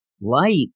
Light